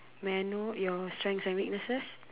may I know your strengths and weaknesses